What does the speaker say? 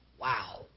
Wow